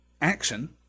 action